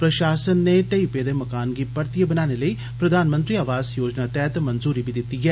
प्रशासन नै ढेई पेदे मकानै गी परतियें बनाने लेई प्रधानमंत्री अवास योजना तैह्त मंजूरी बी देई दित्ती ऐ